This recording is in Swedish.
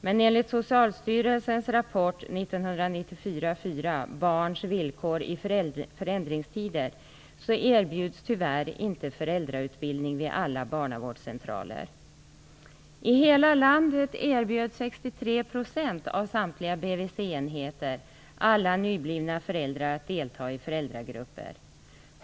Men enligt Socialstyrelsens rapport 94:4, Barns villkor i förändringstider, erbjuds, tyvärr, inte föräldrautbildning vid alla barnavårdscentraler. I hela landet erbjöd 63 % av samtliga BVC-enheter alla nyblivna föräldrar att delta i föräldragrupper.